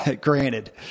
Granted